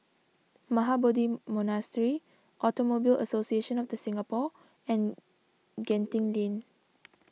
Mahabodhi Monastery Automobile Association of the Singapore and Genting Lane